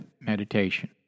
meditation